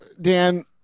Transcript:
dan